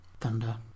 Thunder